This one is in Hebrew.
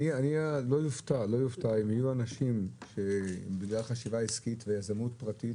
אני לא אופתע אם יהיו אנשים שבגלל חשיבה עסקית ויזמות פרטית,